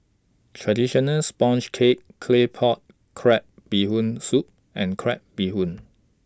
Traditional Sponge Cake Claypot Crab Bee Hoon Soup and Crab Bee Hoon